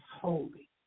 holy